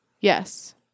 Yes